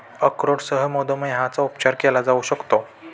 अक्रोडसह मधुमेहाचा उपचार केला जाऊ शकतो